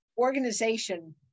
Organization